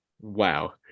wow